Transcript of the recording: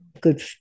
good